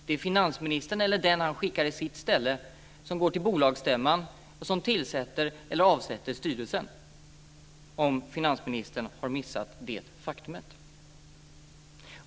Det är finansministern eller den han skickar i sitt ställe som går till bolagsstämman och som tillsätter eller avsätter styrelsen, om nu finansministern har missat det faktumet.